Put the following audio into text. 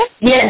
yes